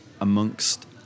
amongst